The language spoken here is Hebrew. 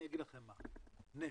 אני אגיד לכם מה, נפט.